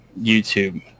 YouTube